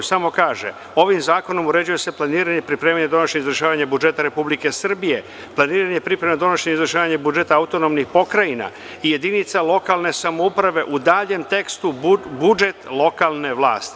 Samo kaže – ovim zakonom uređuje se planiranje, pripremanje, donošenje i izvršavanje budžeta Republike Srbije, planiranje, priprema, donošenje i izvršavanje budžeta AP i jedinica lokalne samouprave, u daljem tekstu - budžet lokalne vlasti.